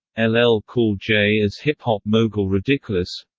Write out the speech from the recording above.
and ll ll cool j as hip-hop mogul ridikolous